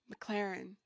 McLaren